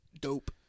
dope